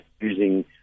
using